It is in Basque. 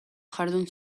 jardun